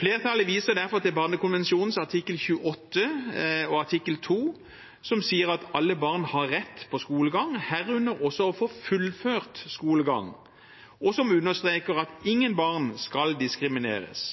Flertallet viser derfor til barnekonvensjonens artikkel 28, som sier at alle barn har rett på skolegang, herunder også å få fullført skolegang, og artikkel 2, som understreker at ingen barn skal diskrimineres.